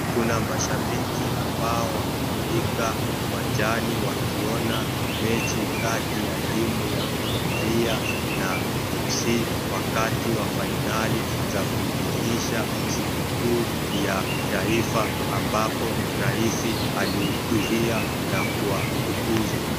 Kuna mashabiki ambao wamefurika uwanjani wakiona mechi kati ya timu ya Gormahia na Fc wakati wa finali za kuidhinisha sikukuu ya taifa ambapo raisi alihudhuria na kuwatukuza.